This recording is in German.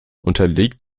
unterliegt